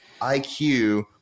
IQ